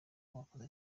wakoze